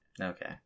Okay